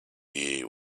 year